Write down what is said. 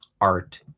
art